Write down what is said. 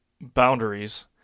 boundaries